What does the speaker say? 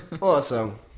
Awesome